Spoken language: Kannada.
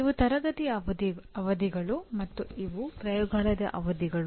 ಇವು ತರಗತಿಯ ಅವಧಿಗಳು ಮತ್ತು ಇವು ಪ್ರಯೋಗಾಲಯದ ಅವಧಿಗಳು